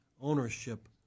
ownership